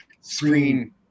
Screen